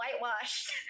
whitewashed